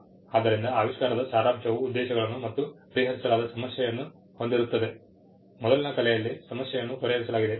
ಆದ್ದರಿಂದ ಆವಿಷ್ಕಾರದ ಸಾರಾಂಶವು ಉದ್ದೇಶಗಳನ್ನು ಮತ್ತು ಪರಿಹರಿಸಲಾದ ಸಮಸ್ಯೆಯನ್ನು ಹೊಂದಿರುತ್ತದೆ ಮೊದಲಿನ ಕಲೆಯಲ್ಲಿನ ಸಮಸ್ಯೆಯನ್ನು ಪರಿಹರಿಸಲಾಗಿದೆ